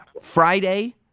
Friday